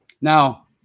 Now